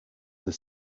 the